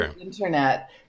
Internet